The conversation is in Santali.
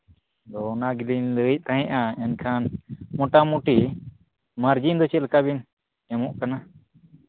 ᱚ ᱚᱱᱟ ᱜᱮᱞᱤᱧ ᱞᱟᱹᱭᱮᱫ ᱛᱟᱦᱮᱸᱫᱼᱟ ᱢᱮᱱᱠᱷᱟᱱ ᱢᱚᱴᱟᱢᱩᱴᱤ ᱢᱟᱨᱡᱤᱱ ᱫᱚ ᱪᱮᱫᱞᱮᱠᱟ ᱵᱤᱱ ᱮᱢᱚᱜ ᱠᱟᱱᱟ